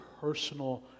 personal